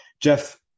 Jeff